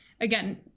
again